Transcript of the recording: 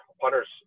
punters